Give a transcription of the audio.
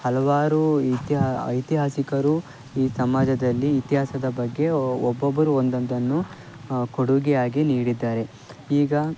ಹಲವಾರು ಇತಿಹಾಸ ಐತಿಹಾಸಿಕರು ಈ ಸಮಾಜದಲ್ಲಿ ಇತಿಹಾಸದ ಬಗ್ಗೆ ಒಬ್ಬೊಬ್ಬರು ಒಂದೊಂದನ್ನು ಕೊಡುಗೆಯಾಗಿ ನೀಡಿದ್ದಾರೆ ಈಗ